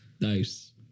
Nice